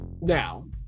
now